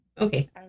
Okay